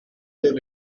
live